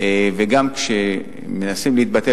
וגם כשמנסים להתבטא,